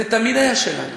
זה תמיד היה שלנו.